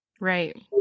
Right